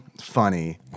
funny